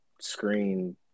screen